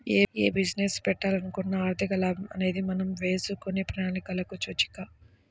యే బిజినెస్ పెట్టాలనుకున్నా ఆర్థిక లాభం అనేది మనం వేసుకునే ప్రణాళికలకు సూచిక